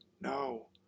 No